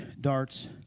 darts